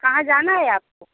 कहाँ जाना है आपको